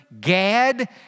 Gad